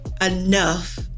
enough